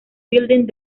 building